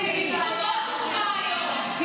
בזכותו זה הובא היום.